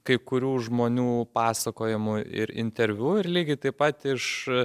kai kurių žmonių pasakojimų ir interviu ir lygiai taip pat iš